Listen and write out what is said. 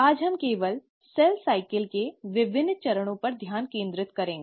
आज हम केवल कोशिका चक्र के विभिन्न चरणों पर ध्यान केंद्रित करेंगे